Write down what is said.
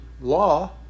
law